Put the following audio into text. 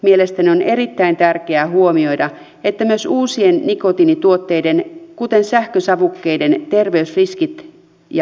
mielestäni on erittäin tärkeää huomioida myös uusien nikotiinituotteiden kuten sähkösavukkeiden terveysriskit ja vaikutukset